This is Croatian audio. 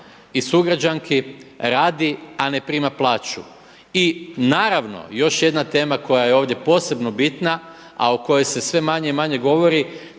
i sugrađanki radi, a ne prima plaću. I naravno još jedna tema koja je ovdje posebno bitna, a o kojoj se sve manje i manje govori,